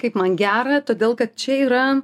kaip man gera todėl kad čia yra